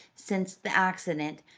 since the accident,